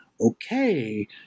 okay